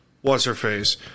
what's-her-face